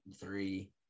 three